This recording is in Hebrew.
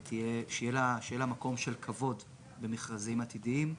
שיהיה לה מקום של כבוד במכרזים עתידיים,